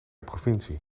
provincie